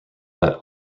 that